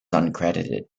uncredited